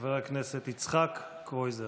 חבר הכנסת יצחק קרויזר,